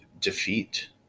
defeat